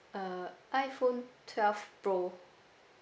uh iphone twelve pro